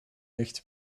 licht